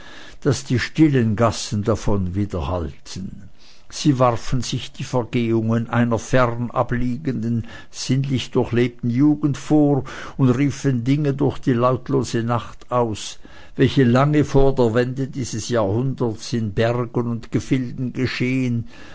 daß die stillen gassen davon widerhallten sie warfen sich die vergehungen einer fern abliegenden sinnlich durchlebten jugend vor und riefen dinge durch die lautlose nacht aus welche lange vor der wende dieses jahrhunderts in bergen und gefilden geschehen